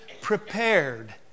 prepared